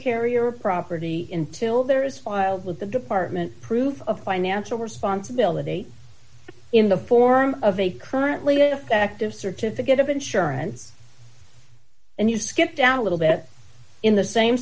carrier or property until there is filed with the department proof of financial responsibility in the form of a currently effective certificate of insurance and you skip down a little bit in the same